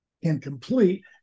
incomplete